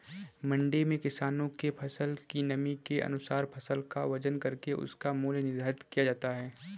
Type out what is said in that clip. मंडी में किसानों के फसल की नमी के अनुसार फसल का वजन करके उसका मूल्य निर्धारित किया जाता है